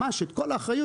ממש את כל האחריות,